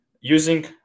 using